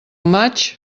maig